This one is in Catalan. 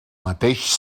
mateix